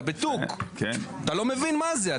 אתה בטוק, אתה לא מבין מה זה.